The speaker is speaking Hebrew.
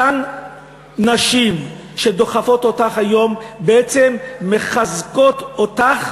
אותן נשים שדוחפות אותך היום בעצם מחזקות אותך